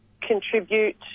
contribute